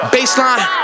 Baseline